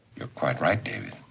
you're quite right, david.